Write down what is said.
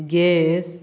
gas